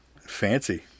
Fancy